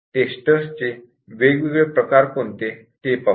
testers चे वेगवेगळे प्रकार कोणते आहेत ते पाहू